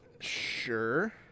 Sure